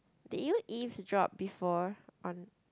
did you eavesdrop before on